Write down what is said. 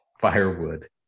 Firewood